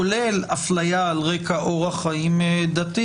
כולל הפליה על רקע אורח חיים דתי.